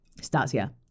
Stasia